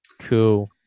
Cool